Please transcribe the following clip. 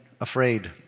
afraid